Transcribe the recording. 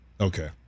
okay